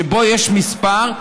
יש מספר,